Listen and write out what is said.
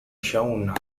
shown